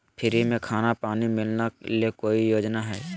Free में खाना पानी मिलना ले कोइ योजना हय?